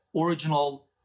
original